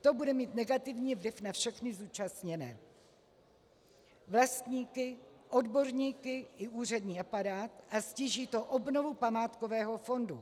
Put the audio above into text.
To bude mít negativní vliv na všechny zúčastněné vlastníky, odborníky i úřední aparát a ztíží to obnovu památkového fondu.